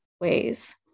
ways